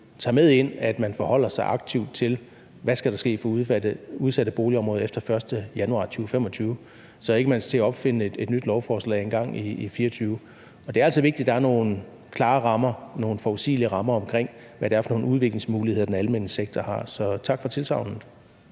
tager med ind, at man forholder sig aktivt til, hvad der skal ske med udsatte boligområder efter den 1. januar 2025, så man ikke skal til at opfinde et nyt lovforslag engang i 2024. Det er altså vigtigt, at der er nogle klare rammer, nogle forudsigelige rammer omkring, hvad det er for nogle udviklingsmuligheder, den almene sektor har. Så tak for tilsagnet.